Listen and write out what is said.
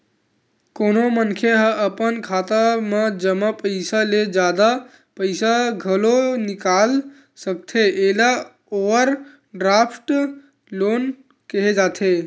कोनो मनखे ह अपन खाता म जमा पइसा ले जादा पइसा घलो निकाल सकथे एला ओवरड्राफ्ट लोन केहे जाथे